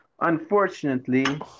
Unfortunately